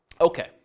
Okay